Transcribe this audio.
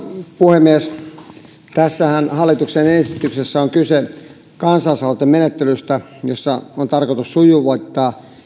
puhemies tässä hallituksen esityksessä on kyse kansalaisaloitemenettelystä jota on tarkoitus sujuvoittaa